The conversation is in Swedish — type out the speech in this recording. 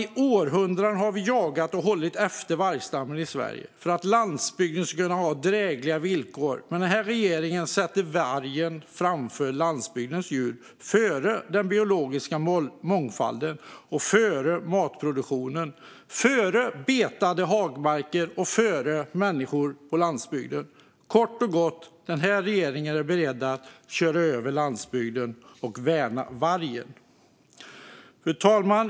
I århundraden har vi jagat och hållit efter vargstammen i Sverige för att landsbygden ska kunna ha drägliga villkor, men den här regeringen sätter vargen framför landsbygdens djur, den biologiska mångfalden, matproduktionen, betade hagmarker och människor på landsbygden. Kort och gott: Den här regeringen är beredd att köra över landsbygden och värna vargen. Fru talman!